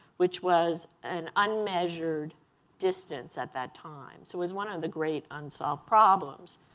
which was an unmeasured distance at that time. so it was one of the great unsolved problems.